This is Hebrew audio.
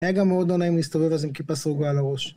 רגע מאוד לא נעים להסתובב אז עם כיפה סרוגה על הראש